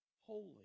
holy